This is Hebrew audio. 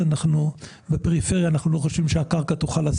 אותם דברים שנכנסו לגבי חוק המכר על פי